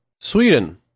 sweden